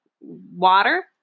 water